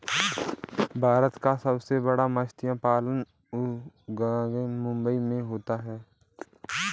भारत का सबसे बड़ा मत्स्य पालन उद्योग मुंबई मैं होता है